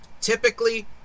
typically